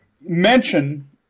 mention